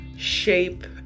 shape